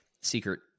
secret